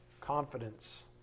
confidence